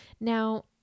Now